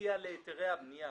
הוציאה לאנטנות